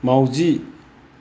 माउजि